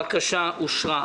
אין הבקשה אושרה.